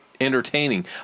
entertaining